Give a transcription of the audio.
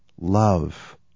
love